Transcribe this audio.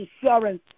insurance